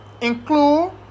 include